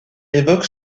évoque